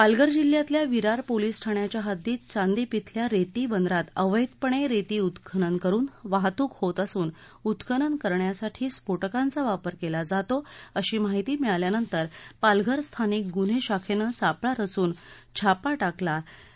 पालघर जिल्ह्यातल्या विरार पोलीस ठाण्याच्या हद्दीत चांदीप ि ल्या रेती बंदरात अवैधपणे रेती उत्खनन करून वाहतूक होत असून उत्खनन करण्यासाठी स्फोटकांचा वापर केला जातो अशी माहिती मिळाल्यानंतर पालघर स्थानिक गुन्हे शाखेनं सापळा रचून छापा टाकला कारवाई केली